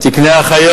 ממוחזר.